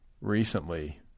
recently